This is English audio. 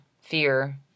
fear